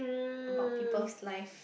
about peoples' life